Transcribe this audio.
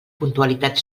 puntualitat